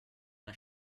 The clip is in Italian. una